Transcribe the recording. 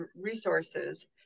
resources